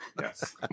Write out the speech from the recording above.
Yes